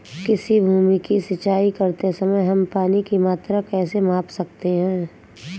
किसी भूमि की सिंचाई करते समय हम पानी की मात्रा कैसे माप सकते हैं?